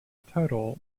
total